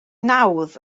nawdd